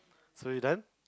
so you done